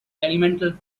elemental